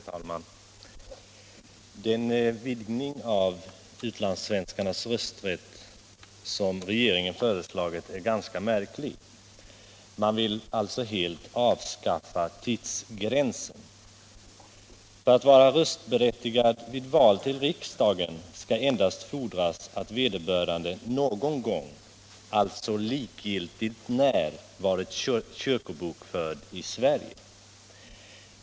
Herr talman! Den utvidgning av utlandssvenskarnas rösträtt som regeringen föreslagit är ganska märklig. Man vill alltså helt avskaffa tidsgränsen. För röstberättigande till ett val till riksdagen skall endast fordras att vederbörande någon gång — alltså likgiltigt när — varit kyrkobokförd i Sverige.